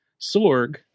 Sorg